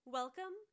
Welcome